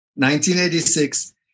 1986